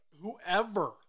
Whoever